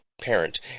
parent